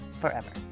forever